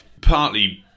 Partly